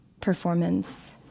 performance